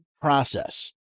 process